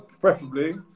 preferably